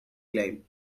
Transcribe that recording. claim